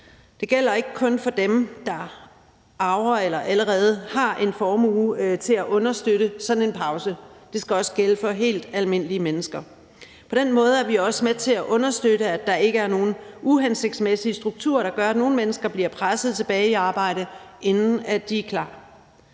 Det gælder ikke kun for dem, der arver eller allerede har en formue til at understøtte sådan en pause. Det skal også gælde for helt almindelige mennesker. På den måde er vi også med til at understøtte, at der ikke er nogen uhensigtsmæssige strukturer, der gør, at nogle mennesker bliver presset tilbage i arbejde, inden de er klar.